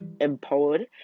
empowered